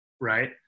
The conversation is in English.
Right